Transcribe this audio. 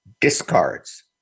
discards